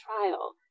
trial